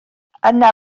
yna